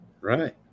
Right